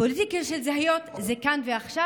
פוליטיקה של זהויות זה כאן ועכשיו,